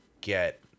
get